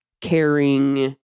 caring